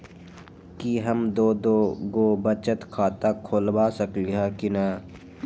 कि हम दो दो गो बचत खाता खोलबा सकली ह की न?